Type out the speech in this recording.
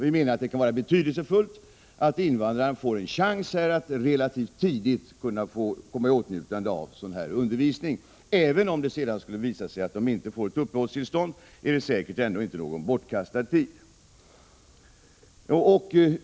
Vi menar att det kan vara betydelsefullt att invandraren får chans att relativt tidigt komma i åtnjutande av denna undervisning. Även om det sedan skulle visa sig att invandraren inte får uppehållstillstånd, är det säkert inte fråga om bortkastad tid.